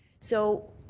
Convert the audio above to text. so